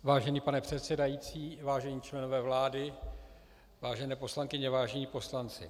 Vážený pane předsedající, vážení členové vlády, vážené poslankyně, vážení poslanci.